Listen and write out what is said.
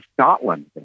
Scotland